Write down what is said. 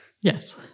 Yes